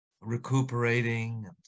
recuperating